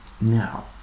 Now